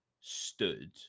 stood